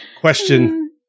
question